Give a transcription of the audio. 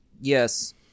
yes